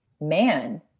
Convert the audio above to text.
man